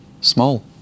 small